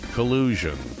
Collusion